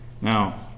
Now